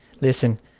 Listen